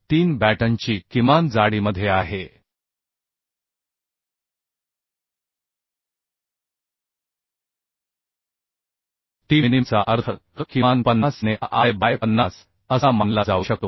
3 बॅटनची किमान जाडीमध्ये आहे t मिनिमचा अर्थ किमान 50 ने a i बाय 50 असा मानला जाऊ शकतो